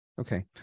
Okay